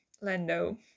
Lando